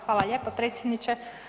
Hvala lijepa predsjedniče.